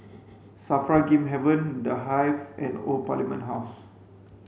SAFRA Game Haven The Hive and Old Parliament House